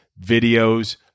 videos